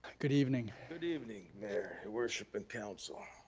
good evening. good evening there your worship and council.